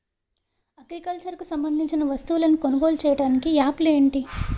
Agriculture కు సంబందించిన వస్తువులను కొనుగోలు చేయటానికి యాప్లు ఏంటి?